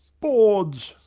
bawds!